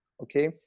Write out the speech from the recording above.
Okay